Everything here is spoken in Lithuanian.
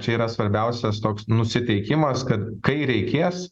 čia yra svarbiausias toks nusiteikimas kad kai reikės